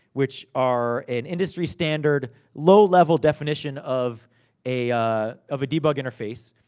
which are an industry standard, low-level definition of a of a debug interface.